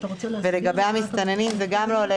לב שמנסים לעבוד